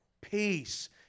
peace